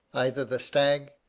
either the stag,